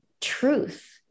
truth